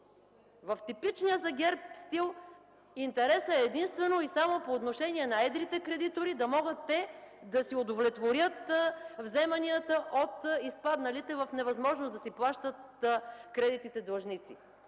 В типичния за ГЕРБ стил интересът е единствено и само по отношение на едрите кредитори – да могат те да си удовлетворят вземанията от изпадналите в невъзможност да си плащат кредитите-длъжници.